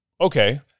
okay